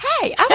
hey